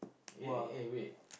eh eh wait